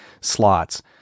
slots